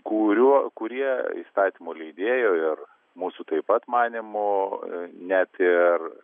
kurių kurie įstatymų leidėjo ir mūsų taip pat manymu net ir